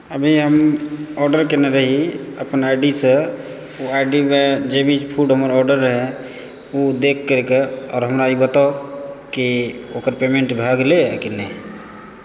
अभी हम आर्डर कयने रही अपन आईडीसँ ओ आईडीमे जे भी फूड हमर आर्डर रहऽ ओ देखि करिके आर हमरा ई बताउ कि ओकर पेमेन्ट भए गेलै आ कि नहि